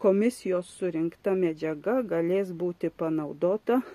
komisijos surinkta medžiaga galės būti panaudota